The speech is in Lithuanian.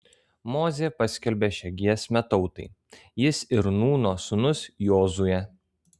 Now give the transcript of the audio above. mozė paskelbė šią giesmę tautai jis ir nūno sūnus jozuė